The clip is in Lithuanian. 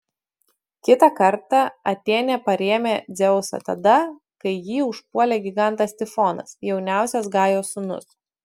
kitą kartą atėnė parėmė dzeusą tada kai jį užpuolė gigantas tifonas jauniausias gajos sūnus